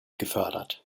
gefördert